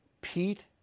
Pete